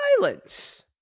violence